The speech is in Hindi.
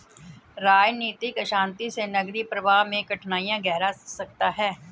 राजनीतिक अशांति से नकदी प्रवाह में कठिनाइयाँ गहरा सकता है